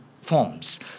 forms